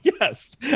yes